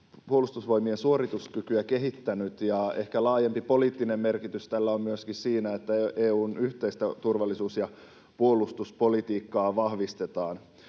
Puolustusvoimien suorituskykyä kehittänyt, ja ehkä tällä on myöskin laajempi poliittinen merkitys siinä, että EU:n yhteistä turvallisuus- ja puolustuspolitiikkaa vahvistetaan.